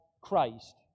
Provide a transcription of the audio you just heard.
Christ